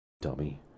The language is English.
Dummy